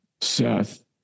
Seth